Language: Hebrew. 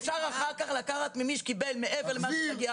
אפשר אחר כך ממי שקיבל מעבר למה שמגיע